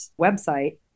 website